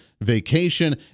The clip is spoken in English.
vacation